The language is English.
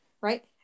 right